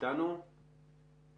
עדינות אני יכול